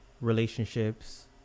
relationships